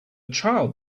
child